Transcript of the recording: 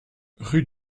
rue